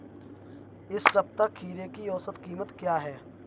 इस सप्ताह खीरे की औसत कीमत क्या है?